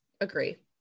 Agree